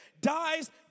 dies